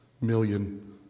million